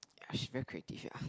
she very creative ya